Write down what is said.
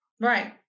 Right